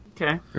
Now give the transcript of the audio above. Okay